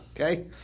Okay